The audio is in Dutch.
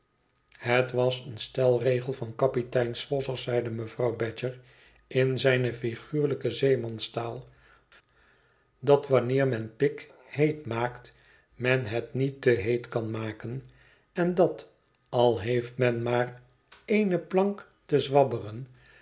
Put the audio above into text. het was een stelregel van kapitein swosser zeide mevrouw badger in zijne figuurlijke zeemanstaai dat wanneer men pik heet maakt men het niet te heet kan maken en dat al heeft men maar eene plank te zwabberen